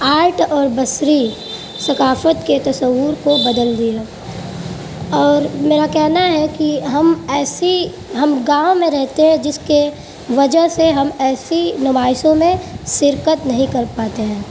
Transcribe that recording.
art اور بصری ثقافت کے تصور کو بدل دیا اور میرا کہنا ہے کہ ہم ایسی ہم گاؤں میں رہتے ہیں جس کے وجہ سے ہم ایسی نمائشوں میں شرکت نہیں کر پاتے ہیں